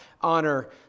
honor